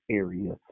area